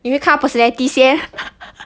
你没有看她 personality 先